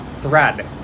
thread